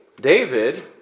David